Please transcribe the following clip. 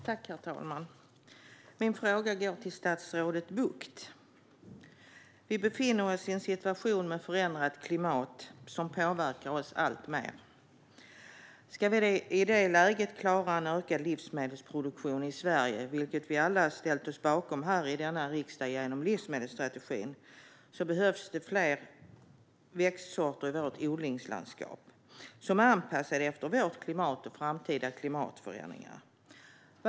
Herr talman! Min fråga går till statsrådet Bucht. Vi befinner oss i en situation med förändrat klimat, något som påverkar oss alltmer. Om vi i detta läge ska klara en ökad livsmedelsproduktion i Sverige, vilket vi alla här i riksdagen har ställt oss bakom genom livsmedelsstrategin, behövs i vårt odlingslandskap fler växtsorter som är anpassade efter vårt klimat och framtida klimatförändringar.